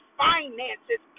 finances